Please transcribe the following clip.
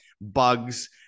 bugs